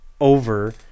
over